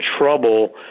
trouble